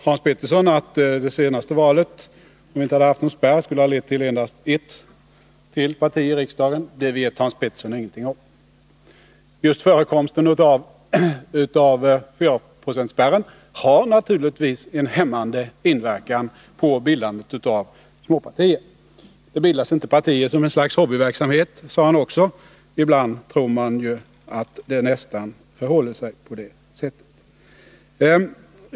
Hans Petersson sade att om vi inte hade haft någon spärr skulle det senaste valet ha lett till att vi fått endast ett parti till i riksdagen. Det vet Hans Petersson ingenting om. Just förekomsten av 4-procentsspärren har naturligtvis en hämmande inverkan på bildandet av småpartier. Det bildas inte partier som något slags hobbyverksamhet, sade Hans Petersson också. Ibland tror jag nästan att det förhåller sig på det sättet.